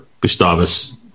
Gustavus